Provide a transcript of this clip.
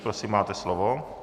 Prosím, máte slovo.